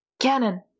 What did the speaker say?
Cannon